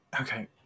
Okay